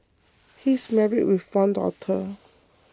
he is married with one daughter